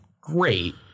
great